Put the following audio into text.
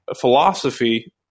philosophy